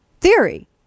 theory